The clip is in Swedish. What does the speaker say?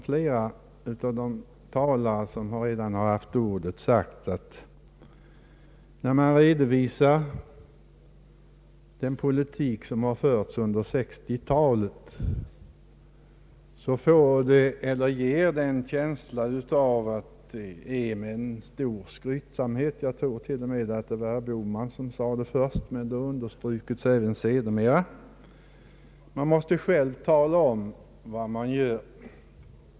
Flera talare har sagt att när socialde mokraterna redovisar den politik som förts under 1960-talet sker det med stor skrytsamhet. Jag tror att det var herr Bohman som först sade det, men det har sedermera understrukits av andra talare.